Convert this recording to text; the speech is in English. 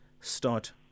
start